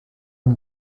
une